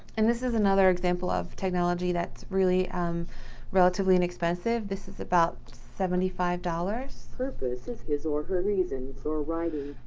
and this is another example of technology that's really um relatively inexpensive. this is about seventy five dollars. purpose is his or her reasons for writing.